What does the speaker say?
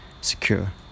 secure